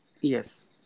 Yes